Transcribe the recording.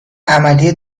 عملی